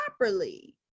properly